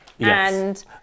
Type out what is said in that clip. Yes